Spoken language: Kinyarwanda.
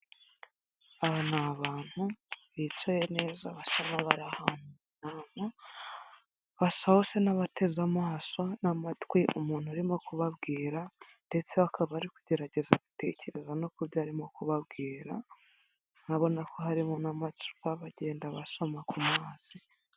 Aba ni abantu bicaye neza basaba bara ahantu mu nama, basa bose n'abateze amaso n'amatwi umuntu arimo kubabwira ndetse bakaba ari kugerageza gutekereza no ku byamo kubabwira, urabona ko harimo n'amacupa bagenda basoma ku ma mazi.